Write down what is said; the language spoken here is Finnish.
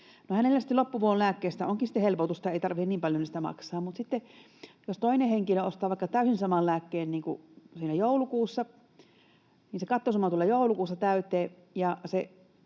loppuvuonna lääkkeistä onkin helpotusta, ei tarvitse niin paljon niistä maksaa. Mutta sitten, jos toinen henkilö ostaa vaikka täysin saman lääkkeen joulukuussa, niin se kattosumma tulee joulukuussa täyteen